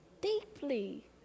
deeply